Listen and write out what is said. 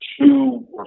two